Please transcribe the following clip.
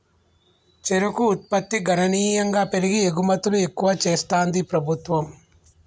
చెరుకు ఉత్పత్తి గణనీయంగా పెరిగి ఎగుమతులు ఎక్కువ చెస్తాంది ప్రభుత్వం